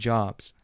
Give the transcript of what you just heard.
Jobs